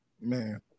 Man